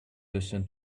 listen